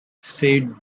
said